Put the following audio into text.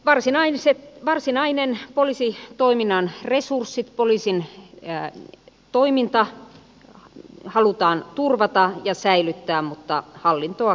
varsinaisen poliisitoiminnan resurssit poliisin toiminta halutaan turvata ja säilyttää mutta hallintoa kevennetään